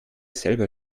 selber